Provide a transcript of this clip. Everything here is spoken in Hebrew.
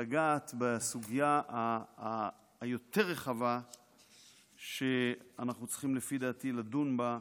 לגעת בסוגיה היותר-רחבה שאנחנו צריכים לפי דעתי לדון בה,